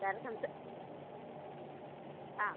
ഇതാരാണ് സംസാ ആ